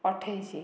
ଅଠେଇଶି